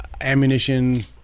ammunition